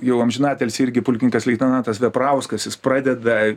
jau amžinatilsį irgi pulkininkas leitenantas veprauskas jis pradeda